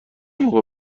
موقع